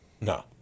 No